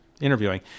interviewing